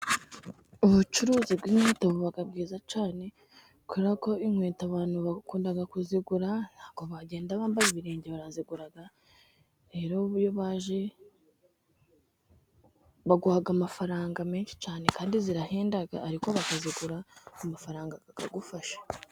Ubucuruzi bw'inkweto buba bwiza cyane, kubera ko inkweto abantu bakunda kuzigura, ntabwo bagenda bambaye ibirenge barazigura, rero iyo baje baguha amafaranga menshi cyane, kandi zirahenda ariko bakazigura amafaranga akagufasha.